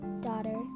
daughter